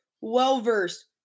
well-versed